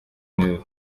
neza